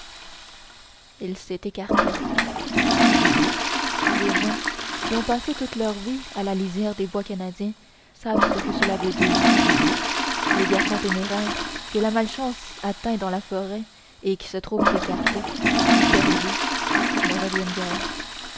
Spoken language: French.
il s'est écarté des gens qui ont passé toute leur vie à la lisière des bois canadiens savent ce que cela veut dire les garçons téméraires que la malchance atteint dans la forêt et qui se trouvent écartés perdus ne reviennent guère